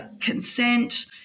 consent